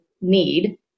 need